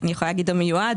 אני יכולה להגיד, המיועד,